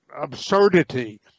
absurdity